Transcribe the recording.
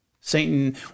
Satan